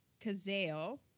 Cazale